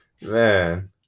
Man